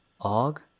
Og